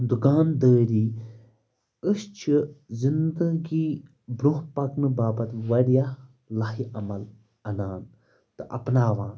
دُکان دٲری أسۍ چھِ زِنٛدگی برٛونٛہہ پکنہٕ باپَتھ واریاہ لاہہِ عمل اَنان تہٕ اَپناوان